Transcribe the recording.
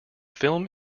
film